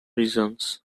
reasons